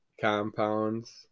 compounds